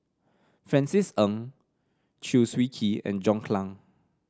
Francis Ng Chew Swee Kee and John Clang